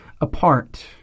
apart